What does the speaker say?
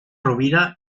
rovira